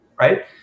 right